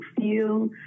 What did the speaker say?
feel